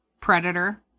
Predator